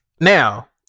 Now